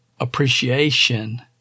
appreciation